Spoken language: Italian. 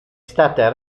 stata